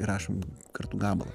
įrašom kartu gabalą